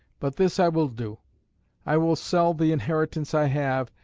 but this i will do i will sell the inheritance i have,